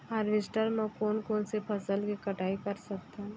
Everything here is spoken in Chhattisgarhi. हारवेस्टर म कोन कोन से फसल के कटाई कर सकथन?